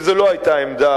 וזאת לא היתה עמדה,